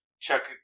check